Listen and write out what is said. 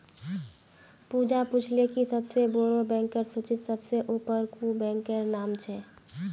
पूजा पूछले कि सबसे बोड़ो बैंकेर सूचीत सबसे ऊपर कुं बैंकेर नाम छे